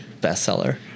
bestseller